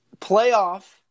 Playoff